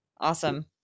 Awesome